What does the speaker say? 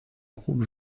groupe